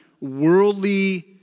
worldly